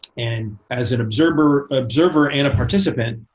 and as an observer observer and a participant,